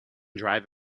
drive